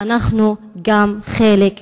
ואנחנו גם חלק מעם.